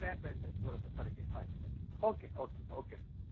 क्रॅप बँडेज बरोबर सारकें हय ओके ओके ओके